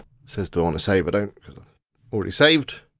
says do i wanna save it, i've already saved.